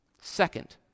Second